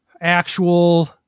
actual